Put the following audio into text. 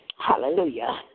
Hallelujah